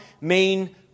main